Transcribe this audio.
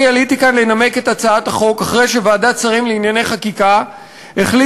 אני עליתי כאן לנמק את הצעת החוק אחרי שוועדת שרים לענייני חקיקה החליטה